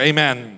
Amen